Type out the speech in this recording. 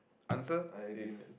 answer is